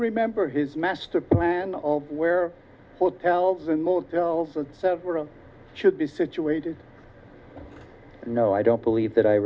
remember his master plan of where hotels and motels and so should be situated no i don't believe that i